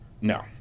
No